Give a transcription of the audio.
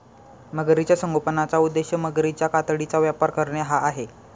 मगरीच्या संगोपनाचा उद्देश मगरीच्या कातडीचा व्यापार करणे हा आहे